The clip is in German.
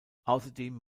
außerdem